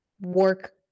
work